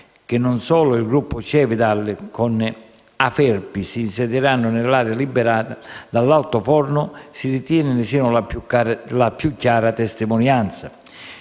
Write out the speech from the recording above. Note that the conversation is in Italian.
quelle del gruppo Cevital con Aferpi) che si insedieranno nell'area liberata dall'altoforno, si ritiene ne siano la più chiara testimonianza.